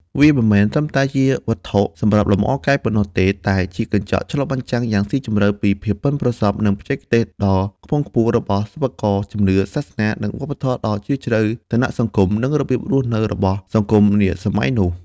វាមិនមែនត្រឹមតែជាវត្ថុសម្រាប់លម្អកាយប៉ុណ្ណោះទេ តែជាកញ្ចក់ឆ្លុះបញ្ចាំងយ៉ាងស៊ីជម្រៅពី ភាពប៉ិនប្រសប់ និងបច្ចេកទេសដ៏ខ្ពង់ខ្ពស់របស់សិប្បករ ជំនឿ សាសនា និងវប្បធម៌ដ៏ជ្រាលជ្រៅ ឋានៈសង្គម និងរបៀបរស់នៅរបស់សង្គមនាសម័យនោះ។